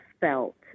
felt